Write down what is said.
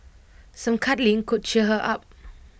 some cuddling could cheer her up